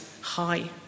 high